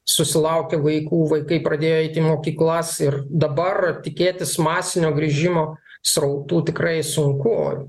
susilaukė vaikų vaikai pradėjo eiti į mokyklas ir dabar tikėtis masinio grįžimo srautų tikrai sunku